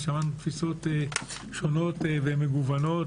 ושמענו תפיסות שונות ומגוונות